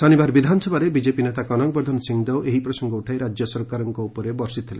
ଶନିବାର ବିଧାନସଭାରେ ବିଜେପି ନେତା କନକବର୍ଦ୍ଧନ ସିଂଦେେଓ ଏହି ପ୍ରସଙ୍ଙ ଉଠାଇ ରାଜ୍ୟ ସରକାରଙ୍କ ଉପରେ ବର୍ଷିଥିଲେ